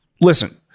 Listen